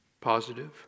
Positive